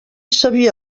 sabia